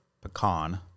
pecan